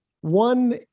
one